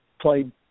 played